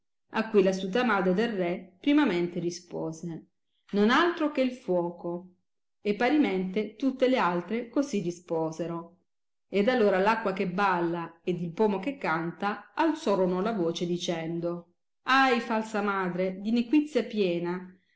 a cui l astuta madre del re primamente rispose non altro che il fuoco e parimente tutte le altre così risposero ed allora l acqua che balla ed il pomo che canta alzorono la voce dicendo ahi falsa madre di nequizia piena